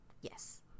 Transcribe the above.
Yes